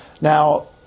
now